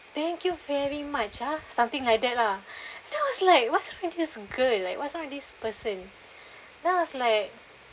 thank you very much ah something like that lah the I was like what's with this girl like what's wrong with this person then I was like